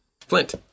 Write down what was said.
Flint